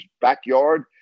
backyard